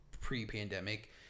pre-pandemic